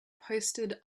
posted